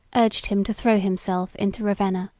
urged him to throw himself into ravenna,